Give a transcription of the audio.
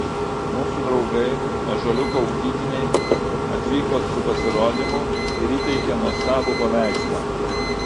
mūsų draugai ąžuoliuko ugdytiniai atvyko su pasirodymu ir įteikė nuostabų paveikslą